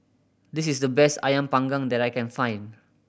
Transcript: this is the best Ayam Panggang that I can find